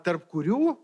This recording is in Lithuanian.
tarp kurių